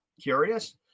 curious